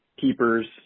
keepers